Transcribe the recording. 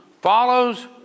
follows